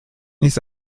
ist